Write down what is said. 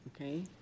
Okay